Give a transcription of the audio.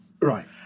Right